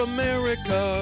America